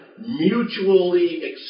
mutually